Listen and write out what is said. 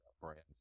brands